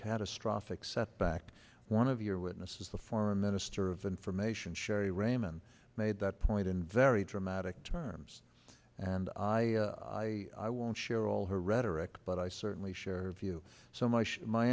catastrophic setback one of your witnesses the foreign minister of information sherry raymond made that point in very dramatic terms and i i i won't share all her rhetoric but i certainly share view so m